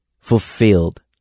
fulfilled